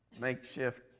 makeshift